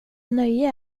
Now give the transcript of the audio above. nöje